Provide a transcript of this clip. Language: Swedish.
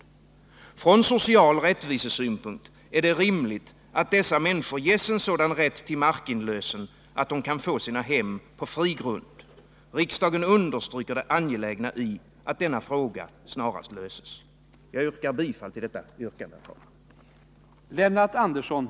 Från social rättvisesynpunkt är det rimligt, att dessa människor ges en sådan rätt till markinlösen, att de kan få sina hem på fri grund. Riksdagen understryker det angelägna i att denna fråga snarast löses. Jag yrkar, herr talman, bifall till detta yrkande.